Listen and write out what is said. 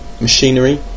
machinery